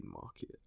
market